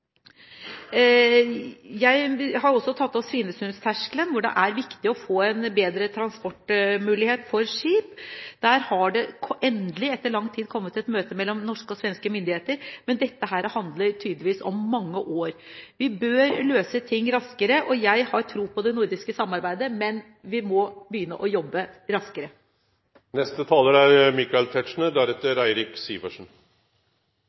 Jeg har også tatt opp Svinesundterskelen, hvor det er viktig å få en bedre transportmulighet for skip. Der har det endelig, etter lang tid, vært et møte mellom norske og svenske myndigheter, men det dreier seg tydeligvis om mange år. Vi bør løse ting raskere. Jeg har tro på det nordiske samarbeidet, men vi må begynne å jobbe